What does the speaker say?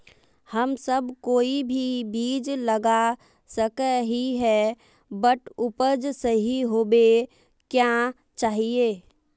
हम सब कोई भी बीज लगा सके ही है बट उपज सही होबे क्याँ चाहिए?